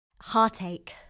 Heartache